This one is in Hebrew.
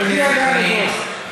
נגיע גם לדוח.